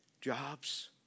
Jobs